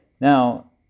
Now